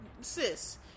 sis